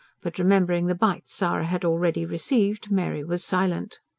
but remembering the bites zara had already received, mary was silent.